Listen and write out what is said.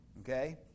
Okay